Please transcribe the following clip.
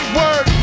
word